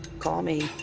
call me.